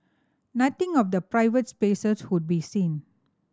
nothing of the private spaces would be seen